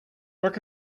like